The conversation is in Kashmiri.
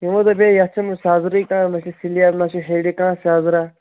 یمو دوٚپ مے یتھ چھُنہٕ سٮ۪زرٕے کانہہ نہ چھِ سلیپ نا چھُ ہیرٕ کانہہ سٮ۪زرا